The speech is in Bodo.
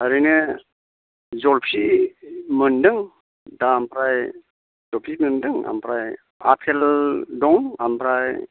ओरैनो जलफि मोनदों दा ओमफ्राय जलफि मोनदों ओमफ्राय आपेल दं ओमफ्राय